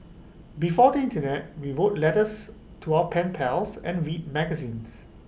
before the Internet we wrote letters to our pen pals and read magazines